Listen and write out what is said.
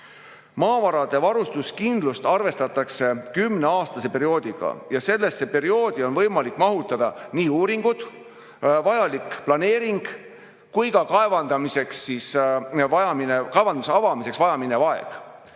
Maavarade varustuskindlust arvestatakse kümneaastase perioodiga ja sellesse perioodi on võimalik mahutada nii uuringud, vajalik planeering kui ka kaevanduse avamiseks vajaminev aeg.